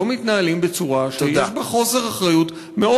לא מתנהלים בצורה שיש בה חוסר אחריות מאוד